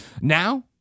Now